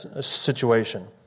situation